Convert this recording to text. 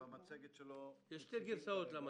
במצגת שלא עולה?